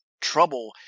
trouble